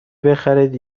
بخرید